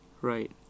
Right